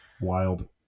Wild